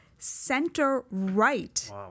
center-right